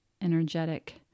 energetic